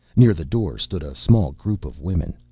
near the door stood a small group of women.